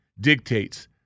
dictates